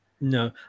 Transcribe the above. No